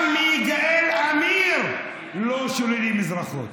גם מיגאל עמיר לא שוללים אזרחות.